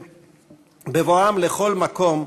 ובבואם לכל מקום,